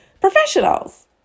professionals